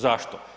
Zašto?